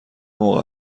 موقع